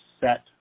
set